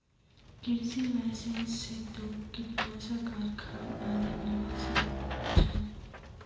कृषि लाइसेंस स तोक कीटनाशक आर खाद आदि मिलवा सख छोक